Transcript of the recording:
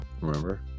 Remember